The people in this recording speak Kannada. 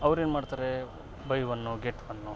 ಅವ್ರೇನು ಮಾಡ್ತಾರೇ ಬೈ ವನ್ನು ಗೆಟ್ ವನ್ನು